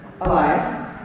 alive